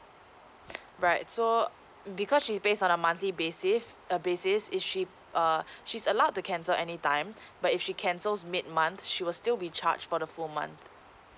right so because she's based on a monthly basis err basis is she err she's allowed to cancel any time but if she cancels mid months she will still be charged for the full month